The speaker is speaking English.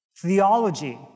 theology